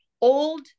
old